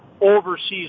overseas